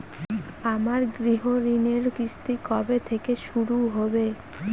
আমার গৃহঋণের কিস্তি কবে থেকে শুরু হবে?